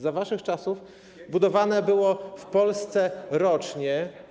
Za waszych czasów budowano w Polsce rocznie.